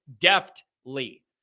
deftly